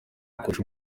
akoresha